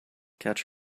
catch